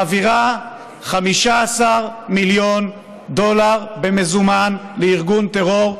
מעבירה 15 מיליון דולר במזומן לארגון טרור,